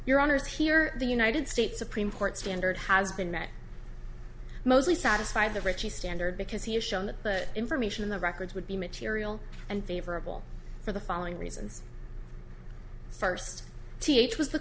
honour's here the united states supreme court standard has been met mostly satisfy the richie standard because he has shown that the information in the records would be material and favorable for the following reasons first t h was the